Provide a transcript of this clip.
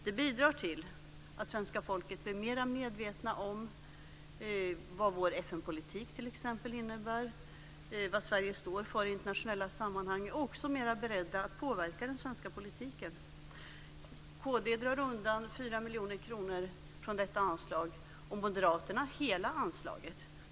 Det bidrar till att svenska folket blir mer medvetet om vad t.ex. vår FN-politik innebär och vad Sverige står för i internationella sammanhang. Man blir också mer beredd att påverka den svenska politiken. Kd drar undan 4 miljoner kronor från detta anslag - och Moderaterna hela anslaget.